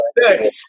six